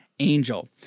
angel